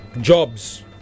jobs